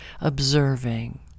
observing